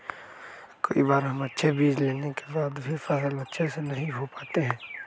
कई बार हम अच्छे बीज लेने के बाद भी फसल अच्छे से नहीं हो पाते हैं?